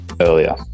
earlier